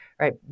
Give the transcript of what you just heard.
right